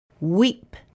Weep